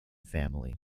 family